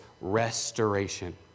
restoration